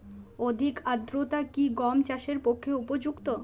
অধিক আর্দ্রতা কি গম চাষের পক্ষে উপযুক্ত?